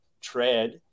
tread